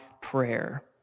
prayer